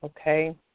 okay